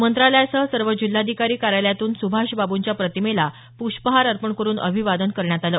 मंत्रालयासह सर्व जिल्हाधिकारी कार्यालयातून सुभाषबाबूंच्या प्रतिमेला पुष्पहार अर्पण करून अभिवादन करण्यात आलं